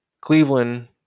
Cleveland